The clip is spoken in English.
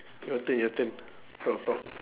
your turn your turn talk talk